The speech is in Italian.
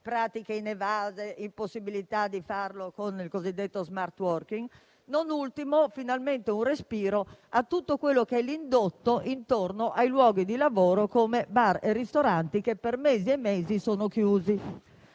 pratiche inevase e dell'impossibilità di farlo con il cosiddetto *smart working*. Non ultimo, finalmente un respiro a tutto l'indotto intorno ai luoghi di lavoro, come bar e ristoranti, che per mesi e mesi sono stati